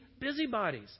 busybodies